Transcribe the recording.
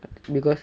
because